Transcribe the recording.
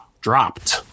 dropped